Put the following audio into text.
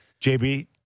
JB